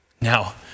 Now